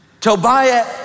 Tobiah